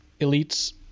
elites